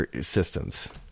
systems